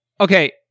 Okay